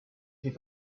fait